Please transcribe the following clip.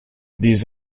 these